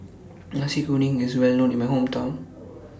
Nasi Kuning IS Well known in My Hometown